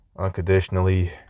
unconditionally